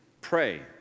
pray